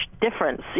difference